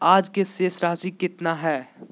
आज के शेष राशि केतना हइ?